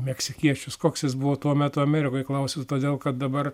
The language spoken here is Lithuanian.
meksikiečius koks jis buvo tuo metu amerikoj klausiu todėl kad dabar